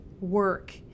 work